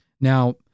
Now